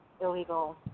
illegal